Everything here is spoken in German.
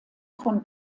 von